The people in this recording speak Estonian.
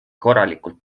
korralikult